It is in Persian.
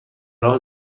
راه